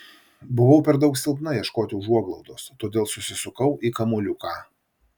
buvau per daug silpna ieškoti užuoglaudos todėl susisukau į kamuoliuką